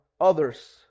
others